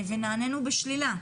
ונענינו בשלישה.